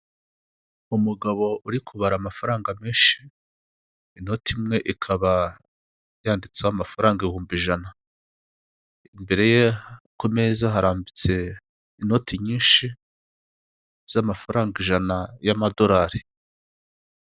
Umugabo uri kubara amafaranga menshi inota imwe ikaba yanditseho amafaranga ibihumbi ijana, imbere ye ku meza harambitse inoti nyinshi z'amafaranga ijana y'amadorari.